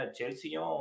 Chelsea